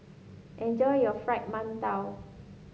enjoy your Fried Mantou